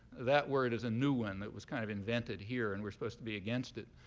that word is a new one that was kind of invented here. and we're supposed to be against it.